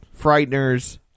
Frighteners